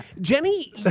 Jenny